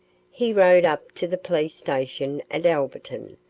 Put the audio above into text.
he rode up to the police station at alberton,